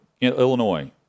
Illinois